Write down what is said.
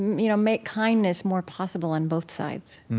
you know, make kindness more possible on both sides